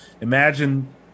Imagine